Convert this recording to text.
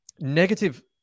negative